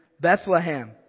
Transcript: Bethlehem